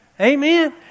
Amen